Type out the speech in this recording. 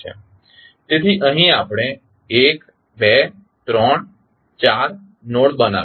તેથી અહીં આપણે 1 2 3 4 નોડ્સ બનાવીશું